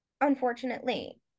unfortunately